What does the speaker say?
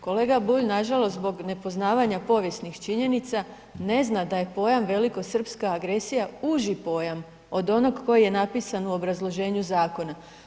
Kolega Bulj nažalost zbog nepoznavanja povijesnih činjenica ne zna da je pojam velikosrpska agresija uži pojam od onog koji je napisan u obrazloženju zakona.